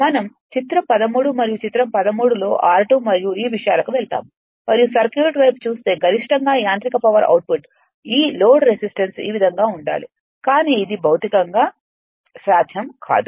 మనంచిత్రం 13 మరియు చిత్రం 13 లో r2 మరియు ఈ విషయాలకు వెళ్తాము మరియు సర్క్యూట్ వైపు చూస్తే గరిష్టంగా యాంత్రిక పవర్ అవుట్పుట్ ఈ లోడ్ రెసిస్టెన్స్ ఈ విధంగా ఉండాలి కానీ ఇది భౌతికంగా సాధ్యం కాదు